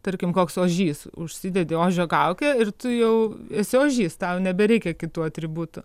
tarkim koks ožys užsidedi ožio kaukę ir tu jau esi ožys tau nebereikia kitų atributų